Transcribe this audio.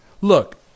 Look